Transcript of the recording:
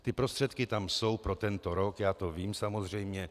Ty prostředky tam jsou pro tento rok, já to vím samozřejmě.